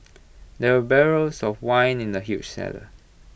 there were barrels of wine in the huge cellar